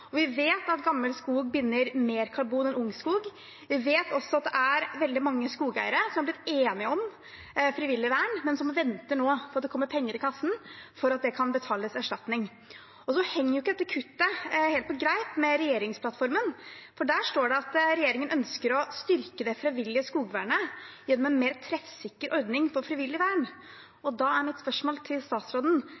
Vi vet at gammel skog binder mer karbon enn ung skog. Vi vet også at det er veldig mange skogeiere som har blitt enige om frivillig vern, men som nå venter på at det kommer penger i kassen for at det kan betales erstatning. Og så henger ikke dette kuttet helt på greip med regjeringsplattformen, for der står det at regjeringen ønsker å «styrke det frivillige skogvernet, gjennom en mer treffsikker ordning for frivillig vern».